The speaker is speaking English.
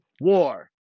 war